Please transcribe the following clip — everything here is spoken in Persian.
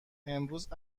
امروز